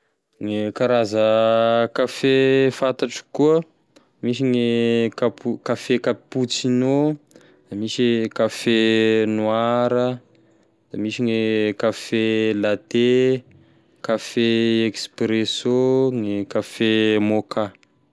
Gne karaza kafe fantatrako koa misy gne capo- kafe capuccino, misy kafe noira, misy gne kafe latte, kafe expresso, ny kafe mocha.